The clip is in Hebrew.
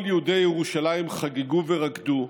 "כל יהודי ירושלים חגגו ורקדו,